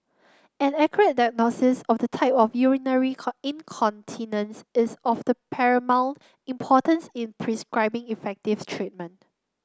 an accurate diagnosis of the type of urinary incontinence is of the paramount importance in prescribing effective treatment